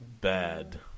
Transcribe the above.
bad